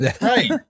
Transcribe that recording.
right